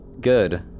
good